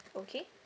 okay